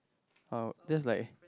oh that's like